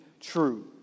true